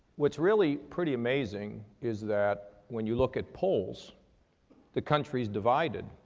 what's really pretty amazing is that when you look at polls the country's divided